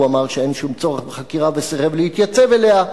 הוא אמר שאין שום צורך בחקירה וסירב להתייצב אליה,